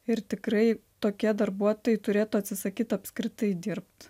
ir tikrai tokie darbuotojai turėtų atsisakyt apskritai dirbt